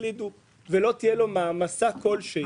שלא תהיה לו מעמסה כלשהי.